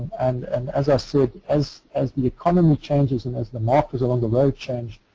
and and as i said, as as the economy changes, and as the markers along the road change,